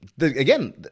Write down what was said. Again